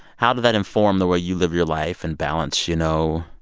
how did that inform the way you live your life and balance, you know,